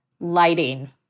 lighting